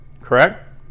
correct